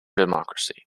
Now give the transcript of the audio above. democracy